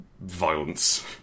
violence